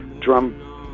drum